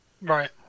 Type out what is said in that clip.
Right